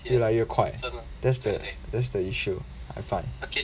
越来越快 that's the that's the issue I find